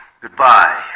Goodbye